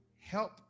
help